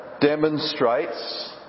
demonstrates